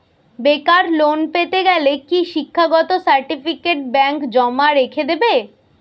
বেকার লোন পেতে গেলে কি শিক্ষাগত সার্টিফিকেট ব্যাঙ্ক জমা রেখে দেবে?